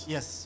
Yes